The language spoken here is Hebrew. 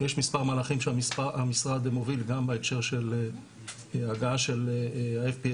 יש מספר מהלכים שהמשרד מוביל גם בהקשר של הגעה של ה-FPSO,